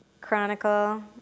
Chronicle